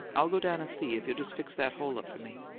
i'll go down and see, if you'll just fix that hole up for me.